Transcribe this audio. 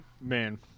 Man